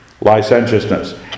Licentiousness